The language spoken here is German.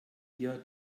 ihr